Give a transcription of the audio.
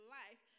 life